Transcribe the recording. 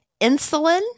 insulin